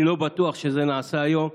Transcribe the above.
אני לא בטוח שזה נעשה היום.